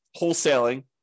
wholesaling